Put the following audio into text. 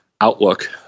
outlook